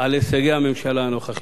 על הישגי הממשלה הנוכחית.